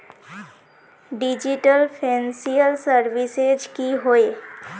Digital financial services की होय?